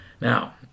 Now